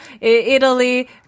Italy